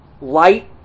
light